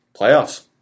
playoffs